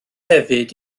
hefyd